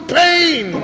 pain